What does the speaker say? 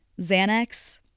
Xanax